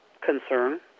concern